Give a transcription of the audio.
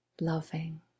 loving